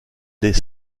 des